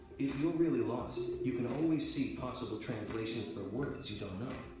if you're really lost you can always see possible translations for words you know.